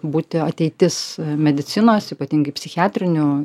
būti ateitis medicinos ypatingai psichiatrinių